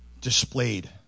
displayed